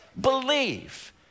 believe